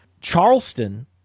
Charleston